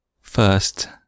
first